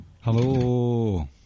Hello